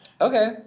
Okay